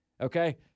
okay